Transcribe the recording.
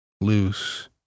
Loose